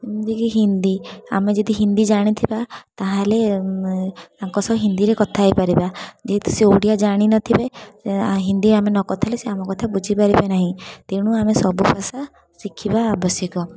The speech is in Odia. ଯେମିତି କି ହିନ୍ଦୀ ଆମେ ଯଦି ହିନ୍ଦୀ ଜାଣିଥିବା ତା'ହେଲେ ତାଙ୍କ ସହ ହିନ୍ଦୀରେ କଥା ହେଇପାରିବା ଯେହେତୁ ସିଏ ଓଡ଼ିଆ ଜାଣିନଥିବେ ହିନ୍ଦୀ ଆମେ ନ କଥା ହେଲେ ସିଏ ଆମ କଥା ବୁଝିପାରିବେ ନାହିଁ ତେଣୁ ଆମେ ସବୁ ଭାଷା ଶିଖିବା ଆବଶ୍ୟକ